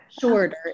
shorter